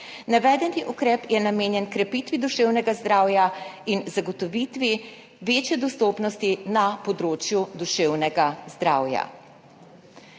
Navedeni ukrep je namenjen krepitvi duševnega zdravja in zagotovitvi večje dostopnosti na področju duševnega zdravja.